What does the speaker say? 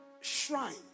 shrine